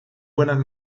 buenas